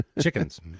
chickens